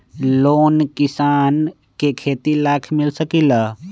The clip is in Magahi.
लोन किसान के खेती लाख मिल सकील?